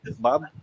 Bob